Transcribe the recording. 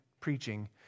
preaching